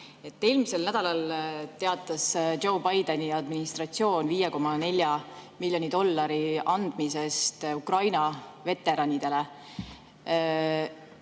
Eelmisel nädalal teatas Joe Bideni administratsioon 5,4 miljoni dollari andmisest Ukraina veteranidele,